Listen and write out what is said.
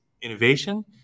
innovation